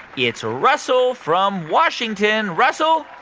it's russell from washington. russell,